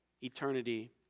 eternity